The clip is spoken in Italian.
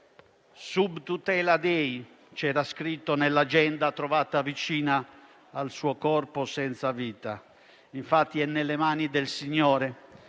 *Sub tutela dei*: c'era scritto nell'agenda trovata vicino al suo corpo senza vita. È infatti nelle mani del Signore